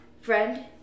Friend